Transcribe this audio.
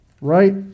Right